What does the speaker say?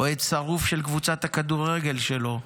אוהד שרוף של קבוצת הכדורגל שלו,